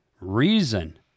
reason